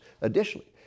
Additionally